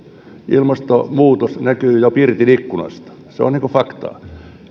ilmastonmuutos näkyy jo pirtin ikkunasta se on fakta